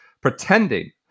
Pretending